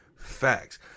facts